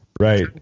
right